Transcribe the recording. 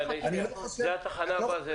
זו התחנה הבאה.